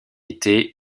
été